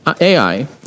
Ai